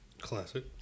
Classic